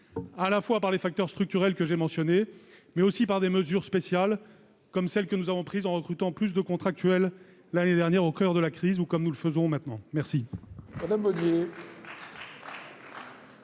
à la fois par les facteurs structurels que j'ai mentionnés, mais aussi par des mesures spéciales, comme celles que nous avons prises en recrutant plus de contractuels l'année dernière au coeur de la crise, ou celles que nous prenons à